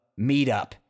meetup